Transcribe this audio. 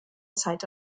zeit